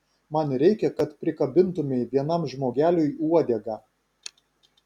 man reikia kad prikabintumei vienam žmogeliui uodegą